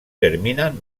terminan